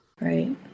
Right